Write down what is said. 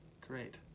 Great